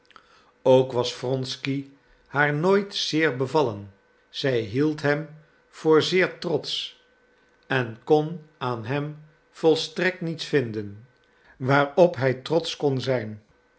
ook was wronsky haar nooit zeer bevallen zij hield hem voor zeer trotsch en kon aan hem volstrekt niets vinden waarop hij trotsch kon zijn